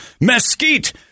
mesquite